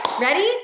ready